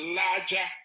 larger